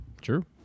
true